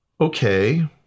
Okay